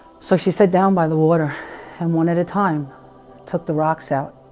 so she sat down, by the water and one at. a time took the rocks out